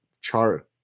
char